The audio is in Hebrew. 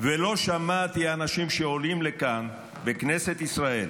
ולא שמעתי אנשים שעולים לכאן, בכנסת ישראל,